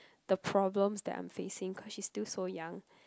the problems that I'm facing because she's still so young